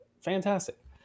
Fantastic